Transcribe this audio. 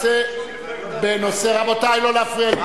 בנושא ------ רבותי, לא להפריע לי.